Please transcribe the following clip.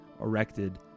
erected